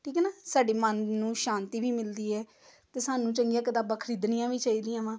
ਠੀਕ ਹੈ ਨਾ ਸਾਡੇ ਮਨ ਨੂੰ ਸ਼ਾਂਤੀ ਵੀ ਮਿਲਦੀ ਹੈ ਅਤੇ ਸਾਨੂੰ ਚੰਗੀਆਂ ਕਿਤਾਬਾਂ ਖਰੀਦਣੀਆਂ ਵੀ ਚਾਹੀਦੀਆਂ ਵਾ